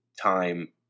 time